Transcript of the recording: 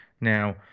Now